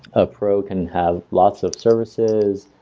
a pro can have lots of services.